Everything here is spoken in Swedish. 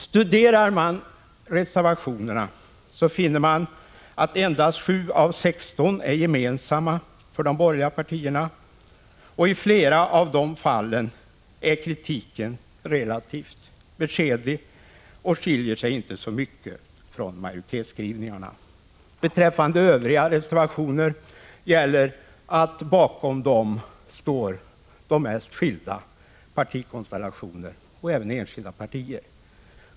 Studerar man reservationerna finner man att endast 7 av 16 är gemensamma för de borgerliga partierna. I flera av dessa fall är kritiken relativt beskedlig och skiljer sig inte så mycket från majoritetsskrivningarna. Beträffande övriga reservationer gäller att bakom dem står de mest skilda partikonstellationer och även enskilda partier.